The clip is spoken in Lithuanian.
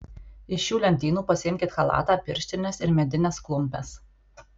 iš šių lentynų pasiimkit chalatą pirštines ir medines klumpes